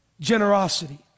generosity